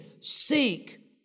seek